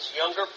younger